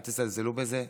אל תזלזלו בזה.